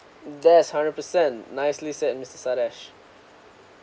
that is hundred percent nicely said mister sadesh